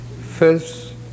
First